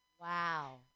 Wow